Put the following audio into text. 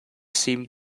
seemed